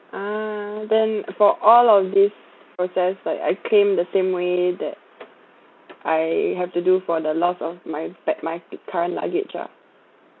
ah then for all of these process like I claim the same way that I have to do for the lost of my bag my current luggage ah